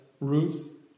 Ruth